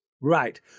Right